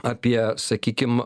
apie sakykim